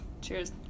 Cheers